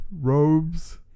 Robes